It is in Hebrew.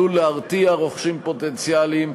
הוא עלול להרתיע רוכשים פוטנציאליים,